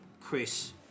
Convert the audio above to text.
Chris